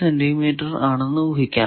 5 cm ആണെന്ന് ഊഹിക്കാം